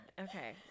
Okay